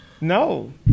No